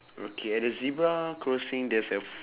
okay at the zebra crossing there's a f~